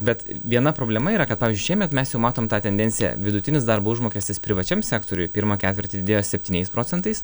bet viena problema yra kad pavyzdžiui šiemet mes jau matom tą tendenciją vidutinis darbo užmokestis privačiam sektoriuj pirmą ketvirtį didėjo septyniais procentais